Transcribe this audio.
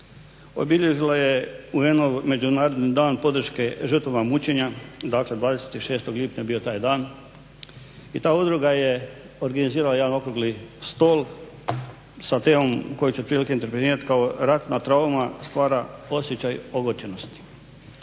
obilježila je UN-ov međunarodni dan podrške žrtvama mučenja, dakle 26. lipnja je bio taj dan. I ta udruga je organizirala jedan okrugli stol sa temom, koje će prilike intervenirat kao ratna trauma, stvara osjećaj ogorčenosti.